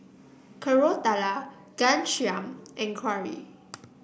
Koratala Ghanshyam and Gauri